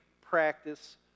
practice